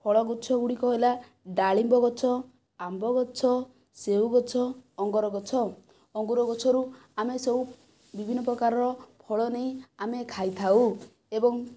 ଫଳଗଛ ଗୁଡ଼ିକ ହେଲା ଡାଳିମ୍ବଗଛ ଆମ୍ବଗଛ ସେଓଗଛ ଅଙ୍ଗରଗଛ ଅଙ୍ଗୁର ଗଛରୁ ଆମେ ସବୁ ବିଭିନ୍ନ ପ୍ରକାରର ଫଳ ନେଇ ଆମେ ଖାଇଥାଉ ଏବଂ